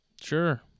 Sure